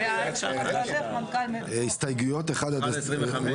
מצביעים על הסתייגויות 1 עד 25. הסתייגויות 1 עד 25,